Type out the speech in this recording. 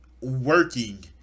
working